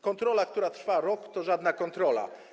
Kontrola, która trwa rok, to żadna kontrola.